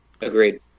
Agreed